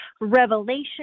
revelation